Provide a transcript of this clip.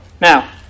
Now